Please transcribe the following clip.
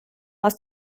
aus